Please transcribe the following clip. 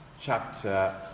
chapter